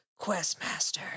Questmaster